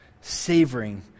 savoring